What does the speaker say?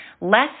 less